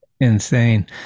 Insane